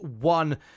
one